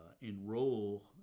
enroll